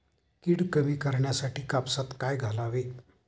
कीड कमी करण्यासाठी कापसात काय घालावे?